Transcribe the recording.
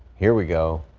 here we go.